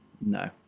No